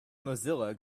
mozilla